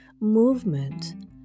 movement